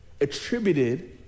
attributed